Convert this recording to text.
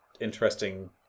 interesting